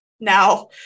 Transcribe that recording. Now